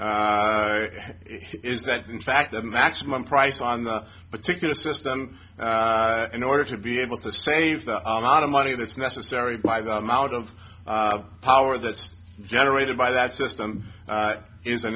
is that in fact the maximum price on the particular system in order to be able to save the amount of money that's necessary by the amount of power that's generated by that system